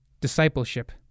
Discipleship